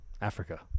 Africa